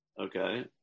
Okay